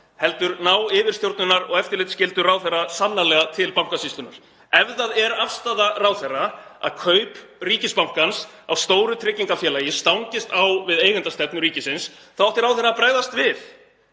heldur ná yfirstjórnunar- og eftirlitsskyldur ráðherra sannarlega til Bankasýslunnar. Ef það er afstaða ráðherra að kaup ríkisbankans á stóru tryggingafélagi stangist á við eigendastefnu ríkisins þá átti ráðherra að bregðast við